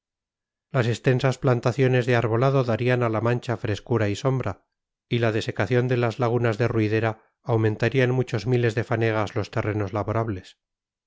las extensas plantaciones de arbolado darían a la mancha frescura y sombra y la desecación de las lagunas de ruidera aumentaría en muchos miles de fanegas los terrenos laborables